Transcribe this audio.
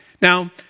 Now